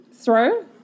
throw